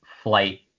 flight